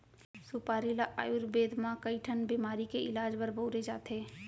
सुपारी ल आयुरबेद म कइ ठन बेमारी के इलाज बर बउरे जाथे